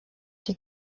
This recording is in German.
die